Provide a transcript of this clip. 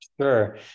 Sure